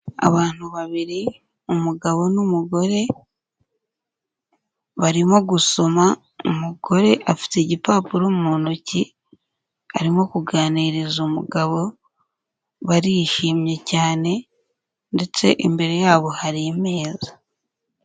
Abantu babiri umugabo n'umugore barimo gusoma, umugore afite igipapuro mu ntoki arimo kuganiriza umugabo, barishimye cyane ndetse imbere yabo hari imeza.